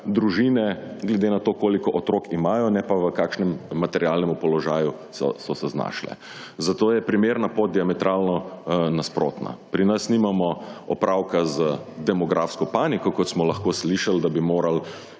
družine glede na to, koliko otrok imajo, ne pa v kakšnem materialnem položaju so se znašle. Zato je primerna pot diametralno nasprotna. Pri nas nimamo opravka z demografsko paniko, kot smo lahko slišali, da bi morali